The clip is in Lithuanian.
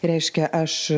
reiškia aš